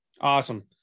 Awesome